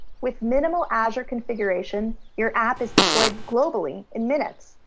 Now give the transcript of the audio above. with minimal azure configuration, your app is deployed globally in minutes,